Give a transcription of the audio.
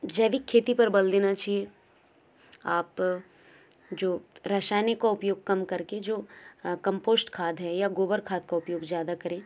जैविक खेती पर बल देना चाहिए आप जो रासायनिक का उपयोग कम करके जो कम्पोस्ट खाद है या गोबर खाद का उपयोग ज़्यादा करें